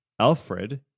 Alfred